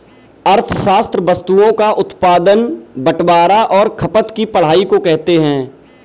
अर्थशास्त्र वस्तुओं का उत्पादन बटवारां और खपत की पढ़ाई को कहते हैं